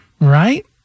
Right